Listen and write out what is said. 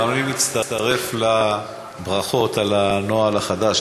גם אני מצטרף לברכות על הנוהל החדש,